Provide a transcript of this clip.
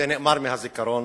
זה נאמר מהזיכרון.